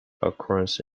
occurrence